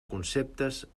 conceptes